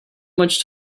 much